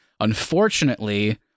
Unfortunately